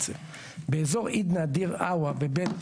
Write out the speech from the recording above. באזור עידנא דיר הואה,